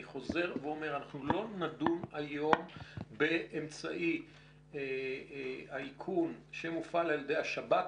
אני חוזר ואומר: אנחנו לא נדון היום באמצעי האיכון שמופעל על ידי השב"כ.